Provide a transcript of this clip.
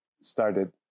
started